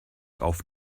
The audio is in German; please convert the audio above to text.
auf